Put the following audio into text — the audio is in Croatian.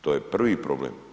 To je prvi problem.